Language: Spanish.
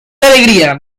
alegría